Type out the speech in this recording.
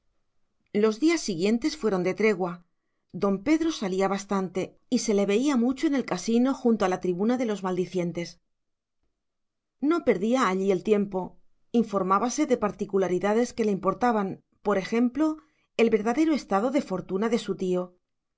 los días siguientes fueron de tregua don pedro salía bastante y se le veía mucho en el casino junto a la tribuna de los maldicientes no perdía allí el tiempo informábase de particularidades que le importaban por ejemplo el verdadero estado de fortuna de su tío